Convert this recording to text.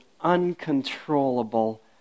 uncontrollable